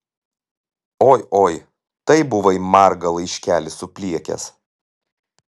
oi oi tai buvai margą laiškelį supliekęs